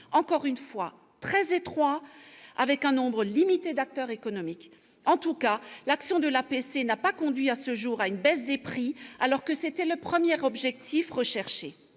encore une fois, très étroit, avec un nombre limité d'acteurs économiques. En tout cas, l'action de l'APC n'a pas conduit à ce jour à une baisse des prix, alors que c'était le premier objectif recherché.